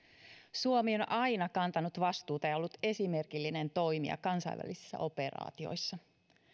suomi on aina kantanut vastuuta ja ollut esimerkillinen toimija kansainvälisissä operaatioissa